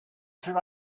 should